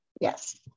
Yes